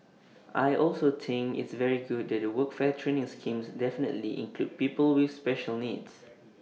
I also think it's very good that the workfare training schemes definitively include people with special needs